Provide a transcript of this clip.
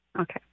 Okay